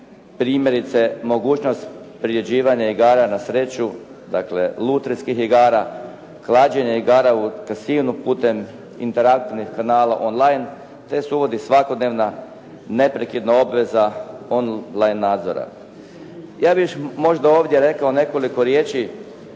Primjerice, mogućnost priređivanja igara na sreću, dakle lutrijskih igara, klađenje igara u casinu putem interaktivnih kanala on-line, te se uvodi svakodnevna, neprekidna obveza on-line nadzora. Ja bih još možda ovdje rekao nekoliko riječi